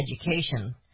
education